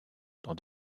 dans